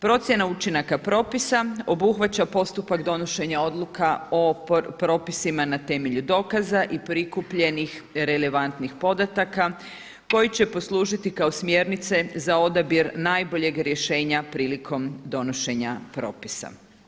Procjena učinaka propisa obuhvaća postupak donošenja odluka o propisima na temelju dokaza i prikupljenih relevantnih podataka koji će poslužiti kao smjernice za odabir najboljeg rješenja prilikom donošenja propisa.